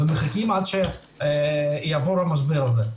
ומחכים עד שיעבור המשבר הזה.